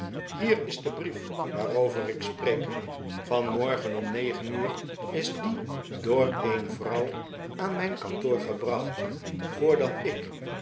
hier is de brief waarover ik spreek vanmorgen om negen uur is die door een vrouw aan mijn karttoor gebracht voordat ik